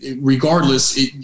regardless